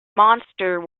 monster